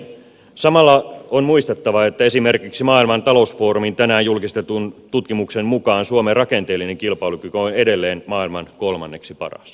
samalla on muistettava että esimerkiksi maailman talousfoorumin tänään julkistetun tutkimuksen mukaan suomen rakenteellinen kilpailukyky on edelleen maailman kolmanneksi paras